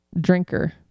drinker